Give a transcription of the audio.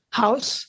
house